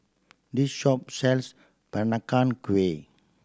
this shop sells Peranakan Kueh